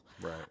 Right